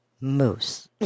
Moose